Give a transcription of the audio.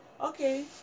Okay